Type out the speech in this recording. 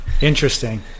interesting